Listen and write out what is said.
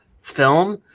film